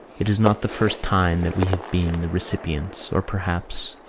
it is not the first time that we have been the recipients or perhaps,